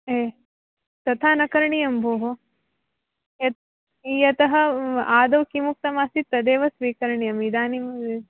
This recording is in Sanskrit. ये तथा न करणीयं भोः यत् यतः आदौ किमुक्तमासीत् तदेव स्वीकरणीयम् इदानीं